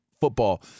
football